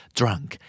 drunk